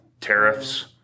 tariffs